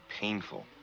painful